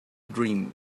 dream